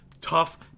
tough